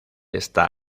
está